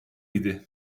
idi